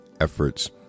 efforts